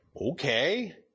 Okay